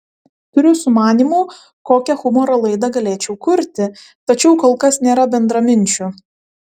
turiu sumanymų kokią humoro laidą galėčiau kurti tačiau kol kas nėra bendraminčių